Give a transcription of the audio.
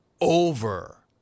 over